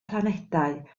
planedau